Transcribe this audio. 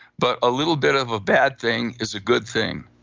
but a little bit of a bad thing is a good thing,